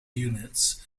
units